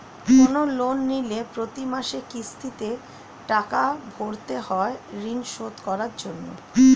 কোন লোন নিলে প্রতি মাসে কিস্তিতে টাকা ভরতে হয় ঋণ শোধ করার জন্য